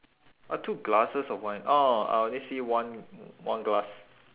oh two glasses of wine orh I only see one one glass